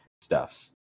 stuffs